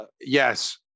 yes